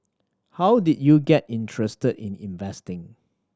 how did you get interested in investing